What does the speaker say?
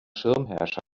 schirmherrschaft